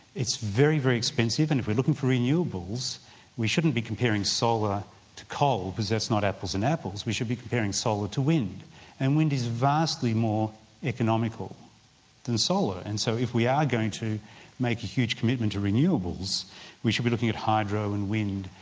it's very very expensive. and if we're looking for renewables we shouldn't be comparing solar to coal because that's not apples and apples, we should be comparing solar to wind and wind is vastly more economical than solar. and so if we are going to make a huge commitment to renewables we should be looking at hydro and wind,